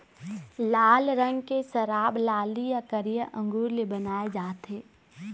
लाल रंग के शराब लाली य करिया अंगुर ले बनाए जाथे